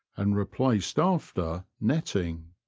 and replaced after, netting.